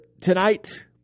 tonight